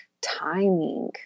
timing